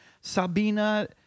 Sabina